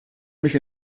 mich